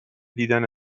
دیدن